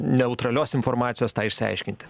neutralios informacijos tą išsiaiškinti